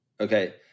okay